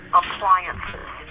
appliances